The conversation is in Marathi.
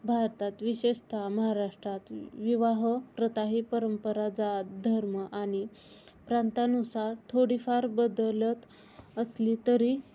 भारतात विशेषतः महाराष्ट्रात विवाहप्रथाही परंपरा जात धर्म आणि प्रांतानुसार थोडीफार बदलत असली तरी